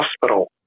hospital